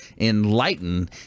enlighten